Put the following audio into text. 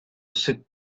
sit